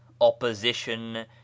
opposition